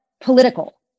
political